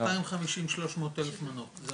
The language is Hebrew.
250-300 אלף מנות.